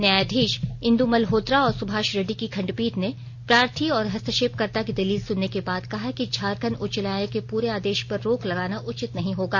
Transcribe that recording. न्यायाधीश इंदु मलहोत्रा और सुभाष रेड्डी की खंडपीठ ने प्रार्थी और हस्तक्षेपकर्ता की दलील सुनने के बाद कहा कि झारखंड उच्च न्यायालय के पूरे आदेश पर रोक लगाना उचित नहीं होगा